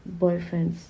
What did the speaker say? boyfriends